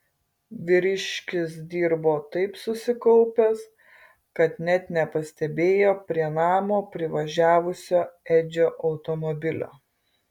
vyriškis dirbo taip susikaupęs kad net nepastebėjo prie namo privažiavusio edžio automobilio